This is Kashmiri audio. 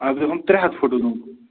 اَتھ گژھَن ترٛےٚ ہَتھ فُٹہٕ دۄن